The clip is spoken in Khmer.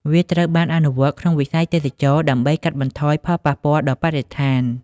វាត្រូវបានអនុវត្តក្នុងវិស័យទេសចរណ៍ដើម្បីកាត់បន្ថយផលប៉ះពាល់ដល់បរិស្ថាន។